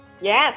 Yes